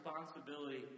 responsibility